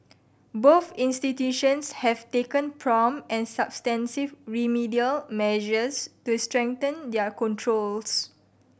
both institutions have taken prompt and substantive remedial measures to strengthen their controls